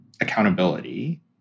Accountability